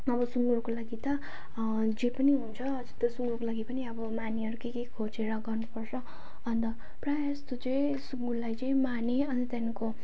अब सुँगुरको लागि त जे पनि हुन्छ जस्तो सुँगुरको लागि पनि अब मानेहरू के के खोजेर गर्नुपर्छ अन्त प्रायःजस्तो चाहिँ सुँगुरलाई चाहिँ माने अनि त्यहाँदेखिको